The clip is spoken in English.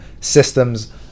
systems